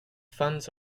funds